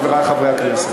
חברי חברי הכנסת,